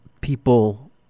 people